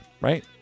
right